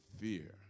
fear